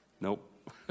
Nope